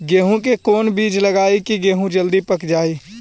गेंहू के कोन बिज लगाई कि गेहूं जल्दी पक जाए?